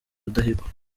rudahigwa